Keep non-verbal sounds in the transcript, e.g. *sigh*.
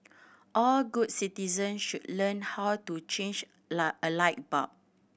all good citizens should learn how to change *unintelligible* a light bulb